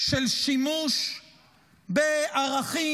של שימוש בערכים,